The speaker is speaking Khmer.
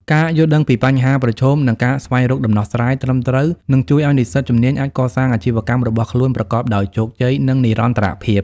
ការយល់ដឹងពីបញ្ហាប្រឈម និងការស្វែងរកដំណោះស្រាយត្រឹមត្រូវនឹងជួយឱ្យនិស្សិតជំនាញអាចកសាងអាជីវកម្មរបស់ខ្លួនប្រកបដោយជោគជ័យ និងនិរន្តរភាព។